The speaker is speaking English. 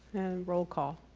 roll call.